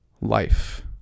life